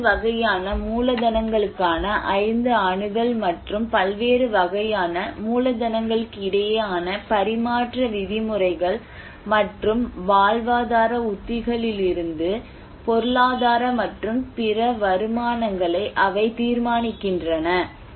5 வகையான மூலதனங்களுக்கான 5 அணுகல் மற்றும் பல்வேறு வகையான மூலதனங்களுக்கிடையேயான பரிமாற்ற விதிமுறைகள் மற்றும் வாழ்வாதார உத்திகளிலிருந்து பொருளாதார மற்றும் பிற வருமானங்களை அவை தீர்மானிக்கின்றன